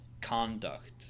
conduct